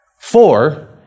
Four